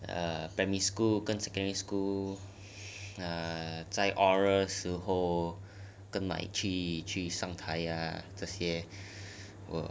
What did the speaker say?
primary school 跟 secondary school err 在 oral 时候跟上台这些